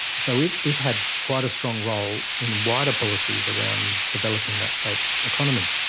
so it it had quite a strong role in wider policies around developing that state's economy,